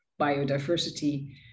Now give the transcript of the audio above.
biodiversity